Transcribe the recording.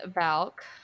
Valk